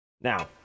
now